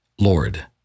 Lord